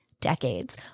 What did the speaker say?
decades